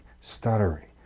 stuttering